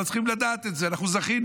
אבל צריכים לדעת את זה: אנחנו זכינו,